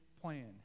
plan